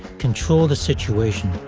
control the situation